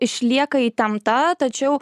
išlieka įtempta tačiau